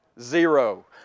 zero